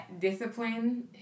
discipline